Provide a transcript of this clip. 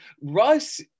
Russ